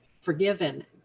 forgiven